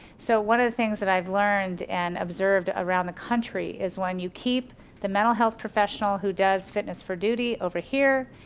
so one of the things that i've learned and observed around the country, is when you keep the mental health professional who does fitness for duty over here,